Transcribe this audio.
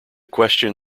question